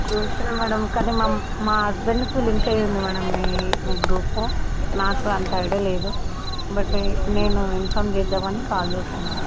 చూసాను మ్యాడమ్ కానీ మా మా హస్బెండ్కి లింక్ అయ్యి ఉంది మ్యాడమ్ మీ గ్రూపు నాకు అంత ఐడియా లేదు బట్ నేను ఇన్ఫామ్ చేద్దామని కాల్ చేసాను మ్యామ్